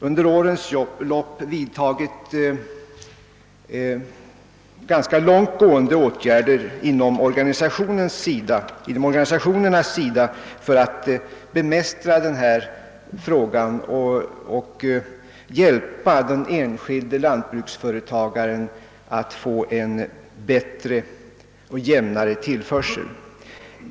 Under årens lopp har man vidtagit ganska långtgående åtgärder inom organisationerna för att bemästra detta problem och hjälpa den enskilde lantbruksföretagaren att uppnå en jämnare produktion.